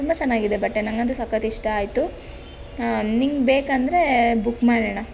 ತುಂಬ ಚೆನ್ನಾಗಿದೆ ಬಟ್ಟೆ ನನಗಂತೂ ಸಖತ್ತು ಇಷ್ಟ ಆಯಿತು ನಿನಗೆ ಬೇಕೆಂದರೆ ಬುಕ್ ಮಾಡೋಣ